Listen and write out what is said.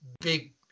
big